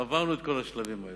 עברנו את כל השלבים האלה.